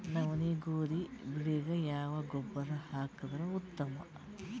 ನವನಿ, ಗೋಧಿ ಬೆಳಿಗ ಯಾವ ಗೊಬ್ಬರ ಹಾಕಿದರ ಉತ್ತಮ?